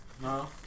No